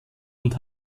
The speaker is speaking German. und